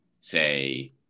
say